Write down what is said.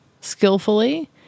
skillfully